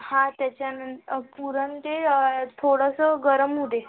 हां त्याच्यानं पुरण ते थोडंसं गरम होऊ दे